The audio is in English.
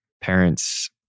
parents